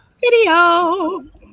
video